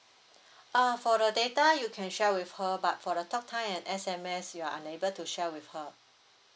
uh for the data you can share with her but for the talk time and S_M_S you are unable to share with her